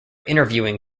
interviewing